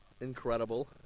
Incredible